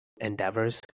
endeavors